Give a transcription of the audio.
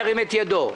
ירים את ידו.